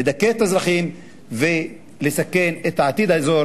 לדכא את האזרחים ולסכן את עתיד האזור